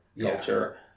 culture